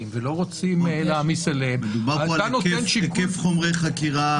ולא רוצים להעמיס עליהם --- מדובר פה על היקף חומרי חקירה.